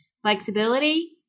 flexibility